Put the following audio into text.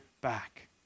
back